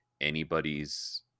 anybody's